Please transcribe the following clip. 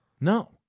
No